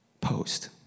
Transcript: post